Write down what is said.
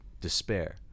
despair